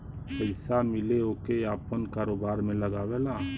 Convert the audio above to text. पइसा मिले ओके आपन कारोबार में लगावेला